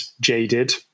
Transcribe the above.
jaded